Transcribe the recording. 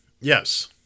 yes